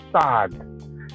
sad